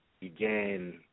began